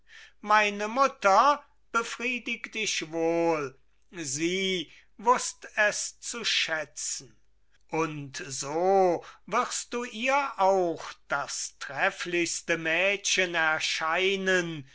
meine mutter befriedigt ich wohl sie wußt es zu schätzen und so wirst du ihr auch das trefflichste mädchen erscheinen